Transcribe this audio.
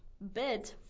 bed